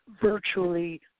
virtually